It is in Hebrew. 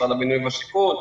משרד הבינוי והשיכון,